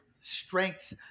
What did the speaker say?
strength